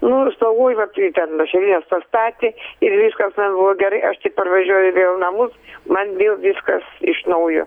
nu ir slaugoj vat ten lašelines pastatė ir viskas man buvo gerai aš tik parvažiuoju vėl į namus man vėl viskas iš naujo